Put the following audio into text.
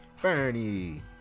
Bernie